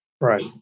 Right